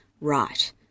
right